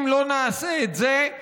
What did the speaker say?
אם לא נעשה את זה,